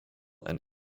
and